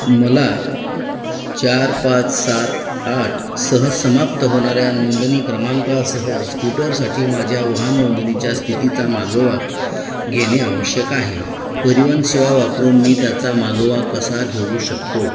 मला चार पाच सात आठसह समाप्त होणाऱ्या नोंदणी क्रमांकासह स्कूटरसाठी माझ्या वाहन नोंदणीच्या स्थितीचा मागोवा घेणे आवश्यक आहे परिवहन सेवा वापरून मी त्याचा मागोवा कसा घेऊ शकतो